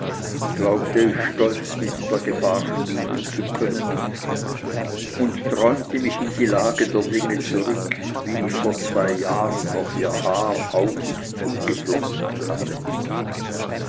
glaubte ich stolz mit der gefahr spielen zu können und träumte mich in die lage der dinge zurück wie ich vor zwei jahren noch ihr haar auf und zugeflochten hatte